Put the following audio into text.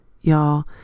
y'all